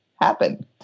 happen